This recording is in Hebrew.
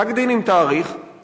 פסק-דין עם תאריך,